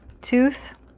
tooth